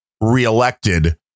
reelected